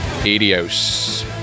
Adios